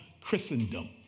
Christendom